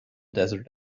desert